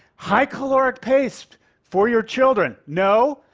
high-caloric paste for your children. no?